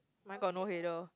mine got no header